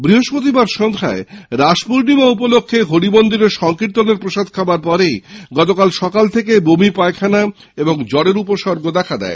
বৃহস্পতিবার সন্ধ্যায় রাস পূর্ণিমা উপলক্ষে হরি মন্দিরে সংর্কীত্তর্ণের প্রসাদ খাওয়ার পর গতকাল সকাল থেকে বমি পায়খানা জ্বরের উপস্বর্গ দেখা দেয়